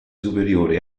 superiore